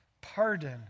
pardon